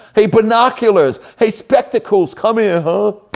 hey, binoculars! hey, spectacles, come here! huh?